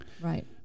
Right